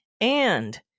And-